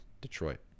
Detroit